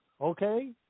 okay